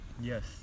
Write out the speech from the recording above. Yes